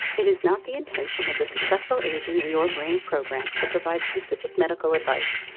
it is not the intention of the successful aging and your brain program to provide specific medical advice,